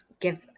give